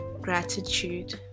gratitude